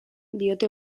diote